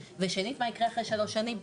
ושנית, מה יקרה אחרי שלוש שנים?